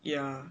yeah